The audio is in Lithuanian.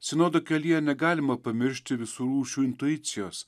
sinodo kelyje negalima pamiršti visų rūšių intuicijos